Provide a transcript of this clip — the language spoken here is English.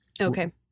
Okay